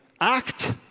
act